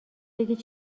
بگید